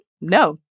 No